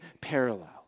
parallel